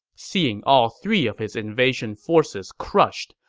seeing all three of his invasion forces crushed,